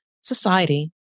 society